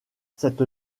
cette